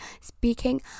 speaking